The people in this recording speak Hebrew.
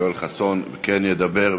יואל חסון כן ידבר.